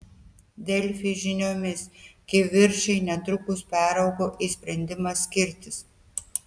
delfi žiniomis kivirčai netrukus peraugo į sprendimą skirtis